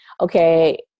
okay